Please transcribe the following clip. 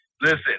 Listen